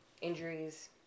injuries